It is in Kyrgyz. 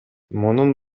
мунун